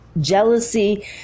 jealousy